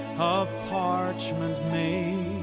of parchment made